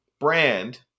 brand